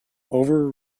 over